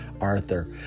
Arthur